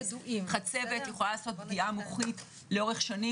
חצבת יכולה לעשות פגיעה מוחית לאורך שנים